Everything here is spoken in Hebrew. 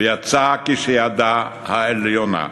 ויצאה כשידה על העליונה.